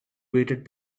waited